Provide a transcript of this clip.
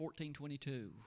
14.22